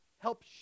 help